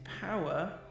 power